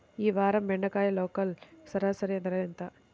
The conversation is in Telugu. ఈ వారం బెండకాయ లోకల్ సరాసరి ధర ఎంత?